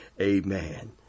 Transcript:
Amen